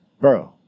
bro